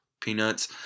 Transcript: Peanuts